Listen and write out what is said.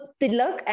tilak